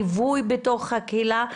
ליווי בתוך הקהילה.